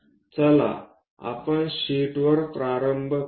चला आपण शीटवर प्रारंभ करूया